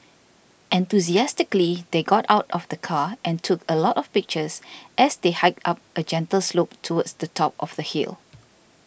enthusiastically they got out of the car and took a lot of pictures as they hiked up a gentle slope towards the top of the hill